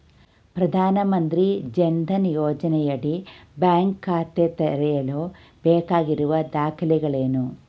ಪ್ರಧಾನಮಂತ್ರಿ ಜನ್ ಧನ್ ಯೋಜನೆಯಡಿ ಬ್ಯಾಂಕ್ ಖಾತೆ ತೆರೆಯಲು ಬೇಕಾಗಿರುವ ದಾಖಲೆಗಳೇನು?